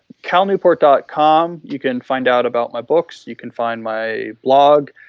calnewport dot com. you can find out about my books, you can find my blog,